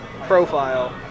profile